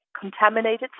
contaminated